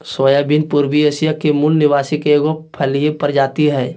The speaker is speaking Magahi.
सोयाबीन पूर्वी एशिया के मूल निवासी के एगो फलिय प्रजाति हइ